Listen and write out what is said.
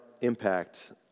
impact